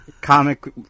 Comic